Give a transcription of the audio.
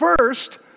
first